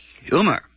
humor